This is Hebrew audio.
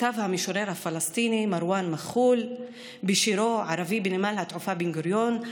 כתב המשורר הפלסטיני מרואן מח'ול בשירו "ערבי בנמל התעופה בן-גוריון":